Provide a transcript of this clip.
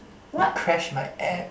it crash my app